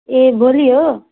ए भोलि हो